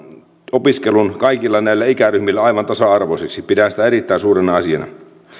opiskelun kaikille näille ikäryhmille aivan tasa arvoiseksi pidän sitä erittäin suurena asiana